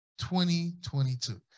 2022